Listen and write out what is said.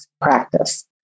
practice